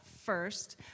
first